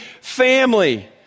family